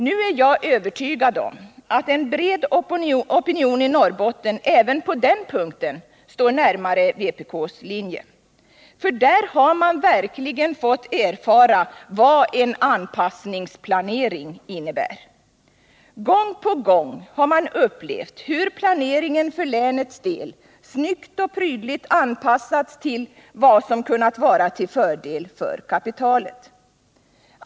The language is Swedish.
Nu är jag övertygad om att en bred opinion i Norrbotten även på den punkten står närmare vpk:s linje, för där har man verkligen fått erfara vad en anpassnings planering innebär. Gång på gång har man upplevt hur planeringen för länets del snyggt och prydligt ”anpassats” till vad som kunnat vara till fördel för kapitalet.